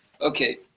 okay